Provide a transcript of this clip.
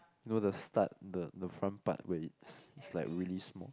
you know the start the the front part where it's it's like really small